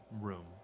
room